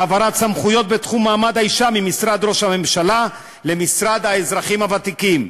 העברת סמכויות בתחום מעמד האישה ממשרד ראש הממשלה למשרד לאזרחים ותיקים,